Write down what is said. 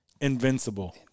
Invincible